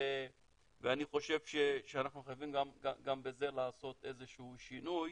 ואני חושב שאנחנו חייבים גם בזה לעשות איזה שהוא שינוי.